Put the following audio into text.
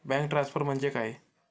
Bank transfer म्हणजे काय?